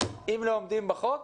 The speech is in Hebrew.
אם לא עומדים בחוק,